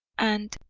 and,